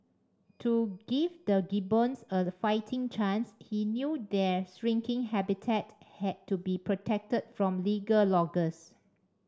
to give the gibbons a fighting chance he knew their shrinking habitat had to be protected from legal loggers